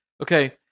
Okay